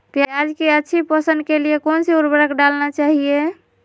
प्याज की अच्छी पोषण के लिए कौन सी उर्वरक डालना चाइए?